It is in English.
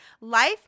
Life